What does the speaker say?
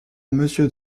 monsieur